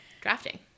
drafting